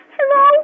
Hello